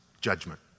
Judgment